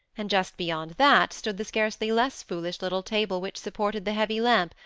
and just beyond that stood the scarcely less foolish little table which supported the heavy lamp,